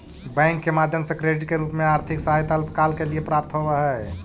bank के माध्यम से क्रेडिट के रूप में आर्थिक सहायता अल्पकाल के लिए प्राप्त होवऽ हई